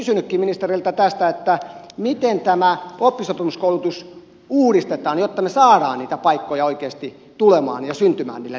olisin kysynytkin ministeriltä tästä että miten tämä oppisopimuskoulutus uudistetaan jotta me saamme niitä paikkoja oikeasti tulemaan ja syntymään niille nuorille